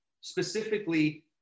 specifically